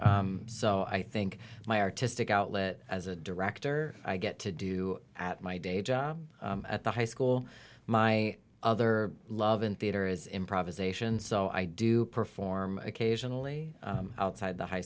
e so i think my artistic outlet as a director i get to do at my day job at the high school my other love in theater is improvisation so i do perform occasionally outside the high